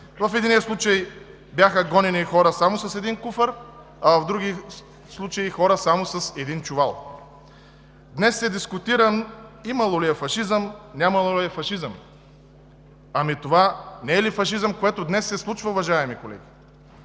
В единия случай бяха гонени хора само с един куфар, а в други случаи – хора само с един чувал. Днес се дискутира имало ли е фашизъм, нямало ли е фашизъм. Ами, това не е ли фашизъм, което днес се случва, уважаеми колеги?!